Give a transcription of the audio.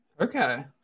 Okay